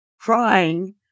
crying